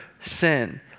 sin